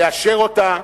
לאשר אותה,